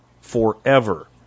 forever